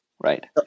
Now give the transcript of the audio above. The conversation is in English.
right